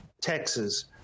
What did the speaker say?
texas